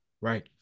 right